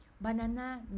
Banana